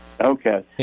Okay